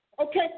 Okay